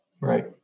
Right